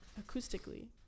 acoustically